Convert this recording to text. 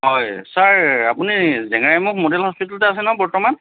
হয় ছাৰ আপুনি জেংৰাইমুখ মডেল হস্পিতেলতে আছে নহয় বৰ্তমান